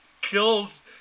kills